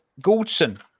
Goldson